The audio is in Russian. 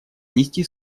внести